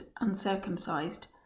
uncircumcised